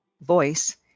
voice